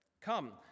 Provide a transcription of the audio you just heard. Come